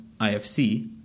IFC